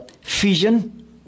fission